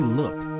look